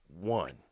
one